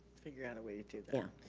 figure out a way to do yeah